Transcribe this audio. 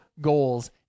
goals